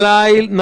מספיק אנשים,